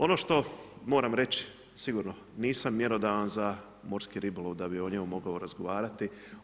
Ono što moram reći sigurno, nisam mjerodavan za morske ribolov da bi o njemu mogao razgovarati.